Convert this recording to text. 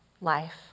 life